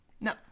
No